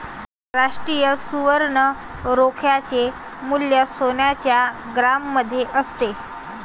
राष्ट्रीय सुवर्ण रोख्याचे मूल्य सोन्याच्या ग्रॅममध्ये असते